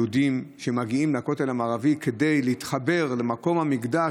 יהודים שמגיעים לכותל המערבי כדי להתחבר למקום המקדש,